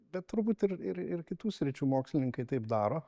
bet turbūt ir ir ir kitų sričių mokslininkai taip daro